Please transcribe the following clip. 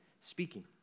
speaking